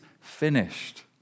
finished